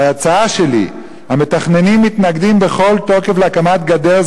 וההצעה שלי: המתכננים מתנגדים בכל תוקף להקמת גדר,